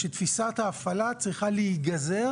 שתפיסת ההפעלה צריכה להיגזר